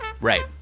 Right